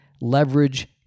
leverage